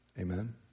Amen